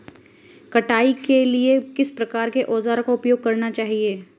कटाई के लिए किस प्रकार के औज़ारों का उपयोग करना चाहिए?